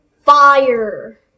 Fire